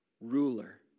ruler